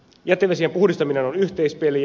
jätevesien puhdistaminen on yhteispeliä